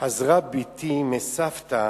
חזרה בתי מסבתא